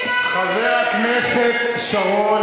אדוני השר,